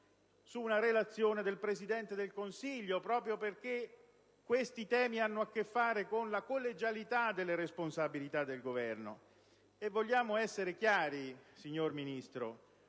su una relazione del Presidente del Consiglio, proprio perché questi temi hanno a che fare con la collegialità delle responsabilità del Governo. Vogliamo essere chiari, signor Ministro: